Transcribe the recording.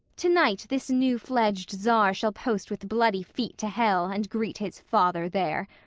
to-night this new-fledged czar shall post with bloody feet to hell, and greet his father there!